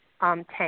tank